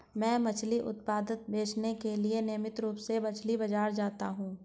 मैं मछली उत्पाद बेचने के लिए नियमित रूप से मछली बाजार जाता हूं